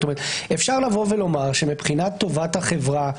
זאת אומרת, אפשר לבוא ולומר שמבחינת טובת החברה,